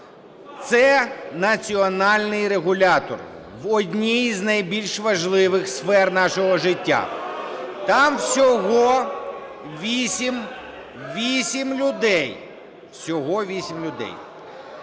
Це національний регулятор у одній з найбільш важливих сфер нашого життя. (Шум у залі) Там всього 8 людей.